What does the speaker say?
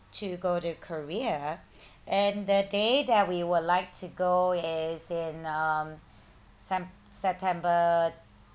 to go to korea and the day that we would like to go is in um sep~ september